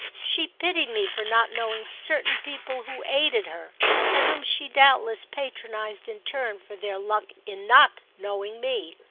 she pitied me for not knowing certain people who aided her and whom she doubtless patronised in turn for their luck in not knowing me.